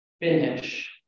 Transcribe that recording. Finish